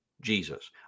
Jesus